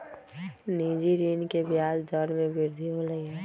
निजी ऋण के ब्याज दर में वृद्धि होलय है